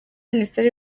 minisiteri